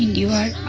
you are.